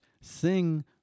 Sing